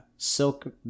silk